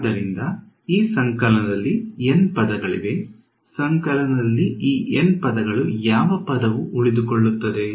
ಆದ್ದರಿಂದ ಈ ಸಂಕಲನದಲ್ಲಿ N ಪದಗಳಿವೆ ಸಂಕಲನದಲ್ಲಿ ಈ N ಪದಗಳ ಯಾವ ಪದವು ಉಳಿದುಕೊಳ್ಳುತ್ತದೆ